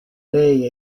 lei